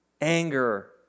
anger